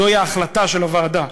זוהי ההחלטה של הוועדה,